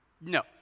no